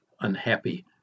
unhappy